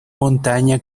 montaña